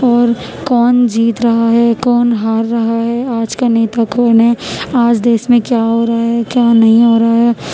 اور کون جیت رہا ہے کون ہار رہا ہے آج کا نیتا کون ہے آج دیش میں کیا ہو رہا ہے کیا نہیں ہو رہا ہے